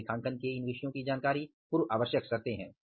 और लेखांकन के इन विषयों की जानकारी पूर्व आवश्यक शर्त है